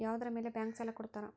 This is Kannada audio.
ಯಾವುದರ ಮೇಲೆ ಬ್ಯಾಂಕ್ ಸಾಲ ಕೊಡ್ತಾರ?